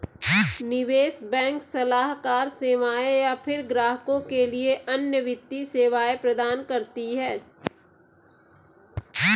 निवेश बैंक सलाहकार सेवाएँ या फ़िर ग्राहकों के लिए अन्य वित्तीय सेवाएँ प्रदान करती है